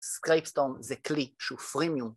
סקייפסטורם זה כלי שהוא פרימיון